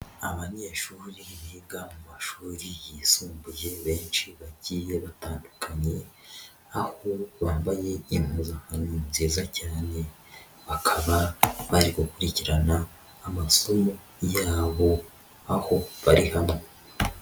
Abanyeshuri biga mu mashuri yisumbuye benshi bagiye batandukanye, aho bambaye impuzankano nziza cyane, bakaba bari gukurikirana amasomo yabo, aho bari hamwe.